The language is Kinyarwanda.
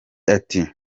ati